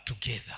together